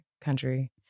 country